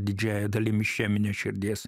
didžiąja dalim išeminė širdies